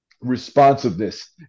responsiveness